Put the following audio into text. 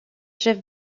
chef